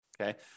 Okay